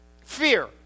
fear